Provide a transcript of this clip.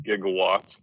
gigawatts